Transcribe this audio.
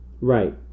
Right